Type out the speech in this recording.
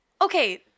okay